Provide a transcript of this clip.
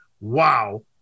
wow